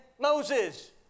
Moses